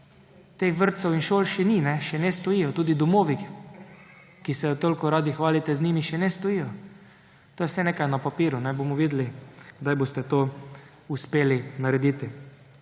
Teh vrtcev in šol še ni, še ne stojijo, tudi domovi, ki se toliko radi hvalite z njimi, še ne stojijo. To je vse nekaj na papirju, bomo videli, kdaj boste to uspeli narediti.